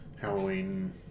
Halloween